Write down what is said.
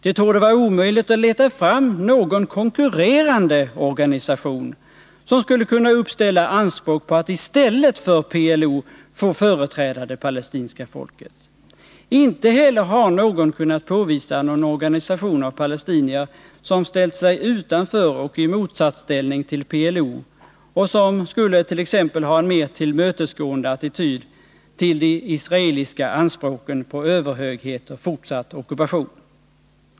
Det torde vara omöjligt att leta fram någon konkurrerande organisation, som skulle kunna uppställa anspråk på att i stället för PLO få företräda det palestinska folket. Inte heller har någon kunnat påvisa någon organisation av palestinier, som ställt sig utanför och i motsatsställning till PLO och som t.ex. skulle ha en mer tillmötesgående attityd till de israeliska anspråken på överhöghet och fortsatt ockupation.